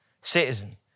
citizen